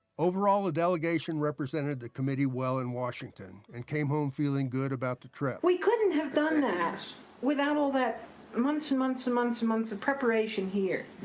overall, the delegation represented the committee well in washington and came home feeling good about the trip. we couldn't have done that without all that months and months and months and months of preparation here.